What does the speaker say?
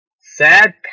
Sad